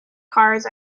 cars